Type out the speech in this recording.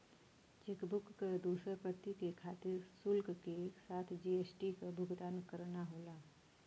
chequebook क दूसर प्रति के खातिर शुल्क के साथ जी.एस.टी क भुगतान करना होला